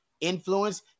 influence